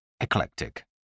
eclectic